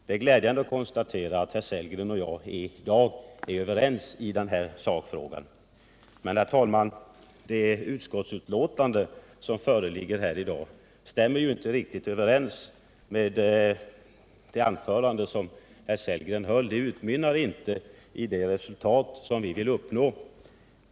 Det är glädjande att konstatera att herr Sellgren och jag i dag är överens i sakfrågan. Men, herr talman, det av den borgerliga utskottsmajoriteten signerade betänkande som föreligger här i dag stämmer ju inte riktigt överens med det anförande som herr Sellgren höll. Betänkandet utmynnar inte i det resultat vi vill uppnå.